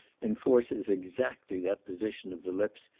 enforces exactly that position of the lips,